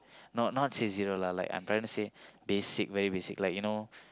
not not say zero lah like I'm trying to say basic very basic like you know